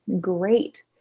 great